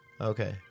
Okay